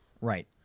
right